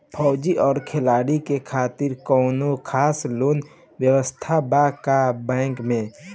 फौजी और खिलाड़ी के खातिर कौनो खास लोन व्यवस्था बा का बैंक में?